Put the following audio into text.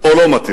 או לא מתאימה?